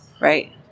Right